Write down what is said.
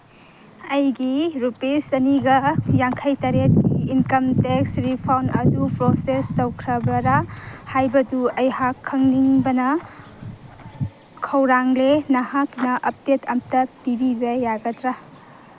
ꯑꯩꯒꯤ ꯔꯨꯄꯤꯁ ꯆꯅꯤꯒ ꯌꯥꯡꯈꯩ ꯇꯔꯦꯠꯀꯤ ꯏꯟꯀꯝ ꯇꯦꯛꯁ ꯔꯤꯐꯟ ꯑꯗꯨ ꯄ꯭ꯔꯣꯁꯦꯁ ꯇꯧꯈ꯭ꯔꯕꯔ ꯍꯥꯏꯕꯗꯨ ꯑꯩꯍꯥꯛ ꯈꯪꯅꯤꯡꯕꯅ ꯈꯧꯔꯥꯡꯂꯦ ꯅꯍꯥꯛꯅ ꯑꯞꯗꯦꯠ ꯑꯝꯇ ꯄꯤꯕꯤꯕ ꯌꯥꯒꯗ꯭ꯔꯥ